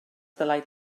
dylai